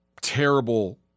terrible